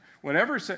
Whenever